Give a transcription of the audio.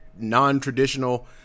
non-traditional